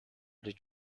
did